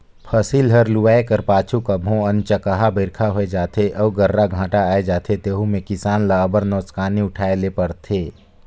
फसिल हर लुवाए कर पाछू कभों अनचकहा बरिखा होए जाथे अउ गर्रा घांटा आए जाथे तेहू में किसान ल अब्बड़ नोसकानी उठाए ले परथे